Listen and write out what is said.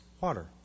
water